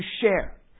share